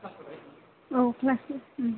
औ क्लास उम